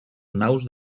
naus